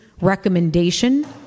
recommendation